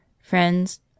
friends